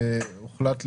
הוחלט,